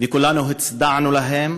וכולנו הצדענו להם,